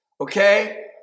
okay